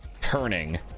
turning